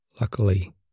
Luckily